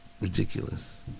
ridiculous